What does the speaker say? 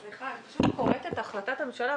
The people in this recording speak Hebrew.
אני קוראת את החלטת הממשלה,